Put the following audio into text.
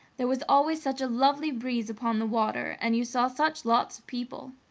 there was always such a lovely breeze upon the water, and you saw such lots of people.